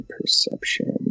perception